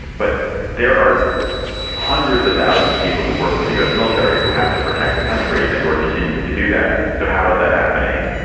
but there are hundreds of thousands of people who work for the u s. military who have to protect the country and who are continuing to do that. so how is that happening?